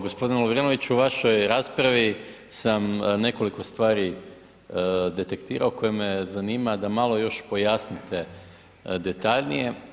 Gospodine Lovrinoviću u vašoj raspravi sam nekoliko stvari detektirao koje me zanima da malo još pojasnite detaljnije.